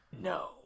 No